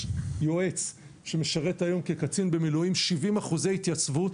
יועץ שמשרת היום כקצין במילואים 70% התייצבות,